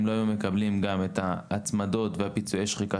הם לא היו מקבלים גם את ההצמדות ואת פיצויי השחיקה